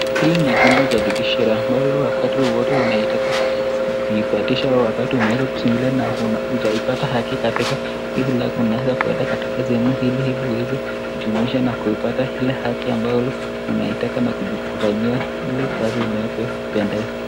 Hili ni chumba cha Judiciary ambalo wakati wowote unaitaka kuipataisha wakati unaweza kusimulia na hujaipata haki katika hili lako unaweza kuenda katika sehemu hili ili uweze kujumuisha na kuipata ile haki ambayo unaitaka na kujifanyia ile kazi unayopendeza.